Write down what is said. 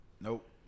Nope